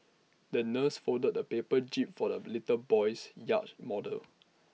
the nurse folded A paper jib for the little boy's yacht model